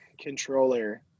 controller